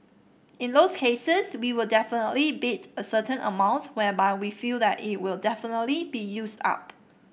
in those cases we will definitely bid a certain amount whereby we feel that it will definitely be used up